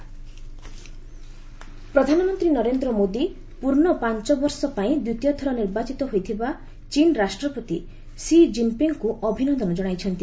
PM China ପ୍ରଧାନମନ୍ତ୍ରୀ ନରେନ୍ଦ୍ର ମୋଦି ପୂର୍ଣ୍ଣ ପାଞ୍ଚବର୍ଷ ପାଇଁ ଦ୍ୱିତୀୟଥର ନିର୍ବାଚିତ ହୋଇଥିବା ଚୀନ୍ ରାଷ୍ଟ୍ରପତି ସି ଜିନ୍ପିଙ୍ଗ୍ଙ୍କୁ ଅଭିନନ୍ଦନ କଣାଇଛନ୍ତି